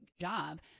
job